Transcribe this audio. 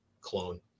clone